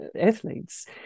athletes